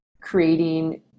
creating